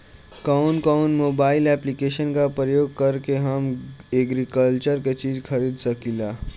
कउन कउन mobile application का प्रयोग करके हम एग्रीकल्चर के चिज खरीद सकिला?